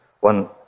one